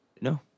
No